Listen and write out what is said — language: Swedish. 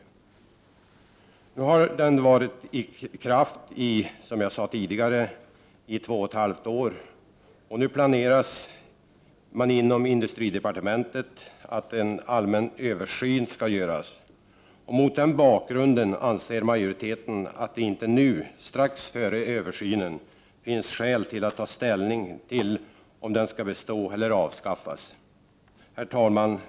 Lagen har, som jag sade tidigare, varit i kraft i två och ett halvt år. Nu planerar man inom industridepartementet en allmän översyn. Mot den bakgrunden anser majoriteten att det inte nu — strax före översynen — finns skäl att ta ställning till om den skall bestå eller avskaffas. Herr talman!